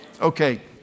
Okay